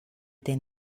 den